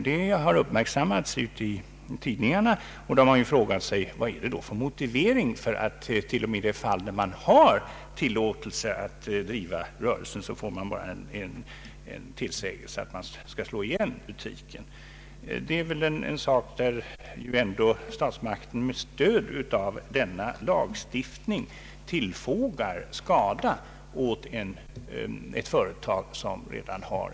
Detta har uppmärksammats i tidningarna, och man har frågat sig vad motiveringen kunnat vara till att ett företag som en gång tillåtits att driva rörelsen och ha öppet på även icke gängse affärstid, plötsligt bara får en tillsägelse att slå igen butiken. Det är ett exempel på hur statsmakterna med stöd av denna lagstiftning tillfogar skada och rubbar konkurrensförhållandena.